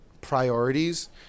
priorities